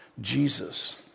Jesus